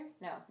No